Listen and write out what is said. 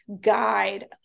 guide